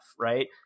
right